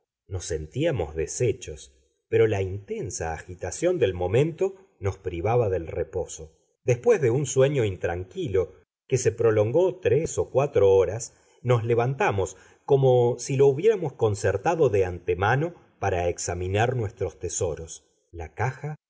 nos sentíamos deshechos pero la intensa agitación del momento nos privaba del reposo después de un sueño intranquilo que se prolongó tres o cuatro horas nos levantamos como si lo hubiéramos concertado de antemano para examinar nuestros tesoros la caja